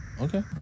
Okay